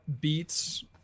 beats